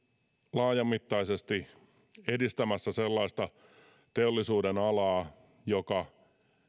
laajamittaisesti edistämässä sellaista teollisuudenalaa joka